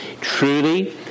truly